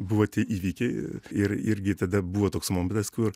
buvo tie įvykiai ir irgi tada buvo toks momentas kur